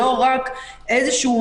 לא רק איזשהו,